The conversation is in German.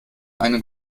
einen